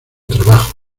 trabajo